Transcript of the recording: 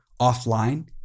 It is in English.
offline